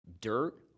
dirt